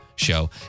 show